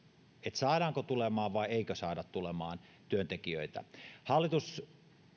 saadaanko tulemaan vai eikö saada tulemaan työntekijöitä hallitus